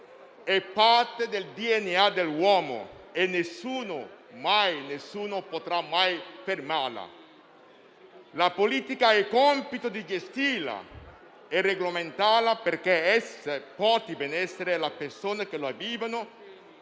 è parte del DNA dell'uomo e nessuno potrà mai fermarla. La politica ha il compito di gestirla e regolamentarla perché essa porti benessere alle persone che la vivono